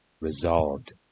resolved